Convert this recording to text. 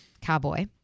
Cowboy